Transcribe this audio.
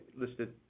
listed